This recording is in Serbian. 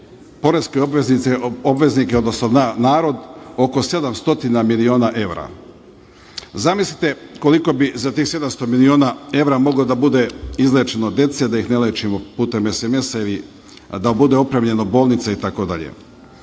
poreske obveznike, odnosno narod, oko 700 miliona evra. Zamislite koliko bi za tih 700 miliona evra moglo da bude izlečeno dece, da ih ne lečimo putem SMS-a ili da bude opremljeno bolnica